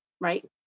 Right